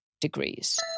degrees